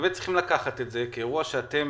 צריכים לקחת את זה כאירוע שאתם